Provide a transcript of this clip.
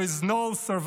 there is no survival,